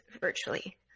virtually